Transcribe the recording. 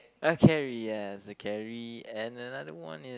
ah carry yes the carry and another one is